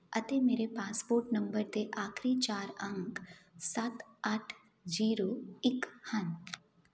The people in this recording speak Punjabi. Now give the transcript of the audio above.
ਅਤੇ ਮੇਰੇ ਪਾਸਪੋਰਟ ਨੰਬਰ ਦੇ ਆਖਰੀ ਚਾਰ ਅੰਕ ਸੱਤ ਅੱਠ ਜੀਰੋ ਇੱਕ ਹਨ